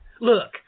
Look